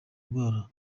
indwara